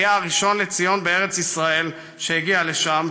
שהיה הראשון לציון בארץ ישראל שהגיע לשם,